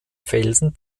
felsen